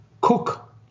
cook